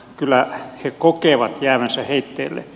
kyllä he kokevat jäävänsä heitteille